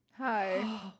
Hi